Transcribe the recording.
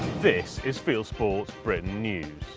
this is fieldsports britain news.